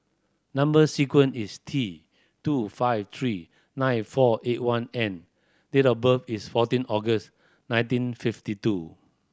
number sequence is T two five three nine four eight one N date of birth is fourteen August nineteen fifty two